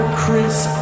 crisp